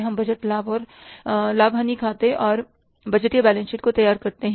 हम बजट लाभ और हानि खाते और बजटीय बैलेंस शीट को तैयार करते हैं